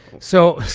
so,